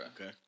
Okay